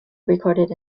recorded